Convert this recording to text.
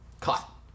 caught